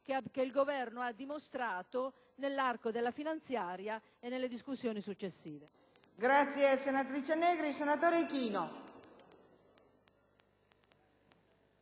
che il Governo ha dimostrato in sede di finanziaria e nelle discussioni successive.